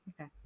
okay